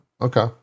Okay